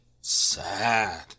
sad